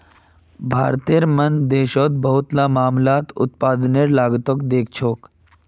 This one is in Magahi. भारतेर मन देशोंत बहुतला मामला उत्पादनेर लागतक ही देखछो